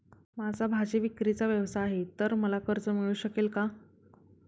माझा भाजीविक्रीचा व्यवसाय आहे तर मला कर्ज मिळू शकेल का?